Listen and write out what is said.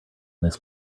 this